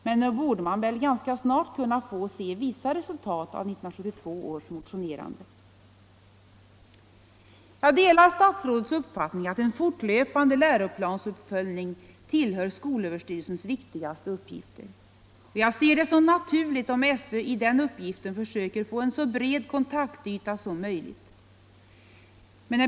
Men nog borde vi snart kunna få se vissa resultat av 1972 års motionerande. Jag delar statsrådets uppfattning att en fortlöpande läroplansuppföljning tillhör skolöverstyrelsens viktigaste uppgifter. Jag ser det som naturligt om SÖ i den uppgiften försöker få en så bred kontaktyta som möjligt.